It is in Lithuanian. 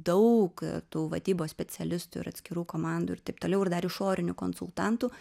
daug tų vadybos specialistų ir atskirų komandų ir taip toliau ir dar išorinių konsultantų